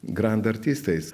grand artistais